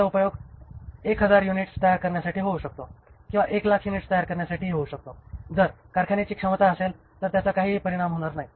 त्याचा उपयोग 1000 युनिट्स तयार करण्यासाठी होऊ शकतो किंवा 100000 युनिट्स तयार करण्यासाठी होऊ शकतो जर कारखान्याची क्षमता असेल तर त्याचा काहीही परिणाम होणार नाही